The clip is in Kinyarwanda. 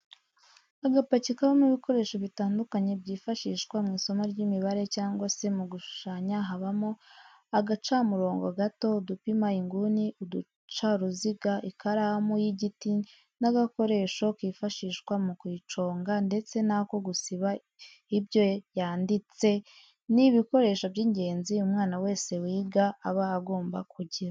Agapaki kabamo ibikoresho bitandukanye byifashishwa mw'isomo ry'imibare cyangwa se mu gushushanya habamo agacamurobo gato, udupima inguni, uducaruziga ,ikaramu y'igiti n'agakoresho kifashishwa mu kuyiconga ndetse n'ako gusiba ibyo yanditse, ni ibikoresho by'ingenzi umwana wese wiga aba agomba kugira.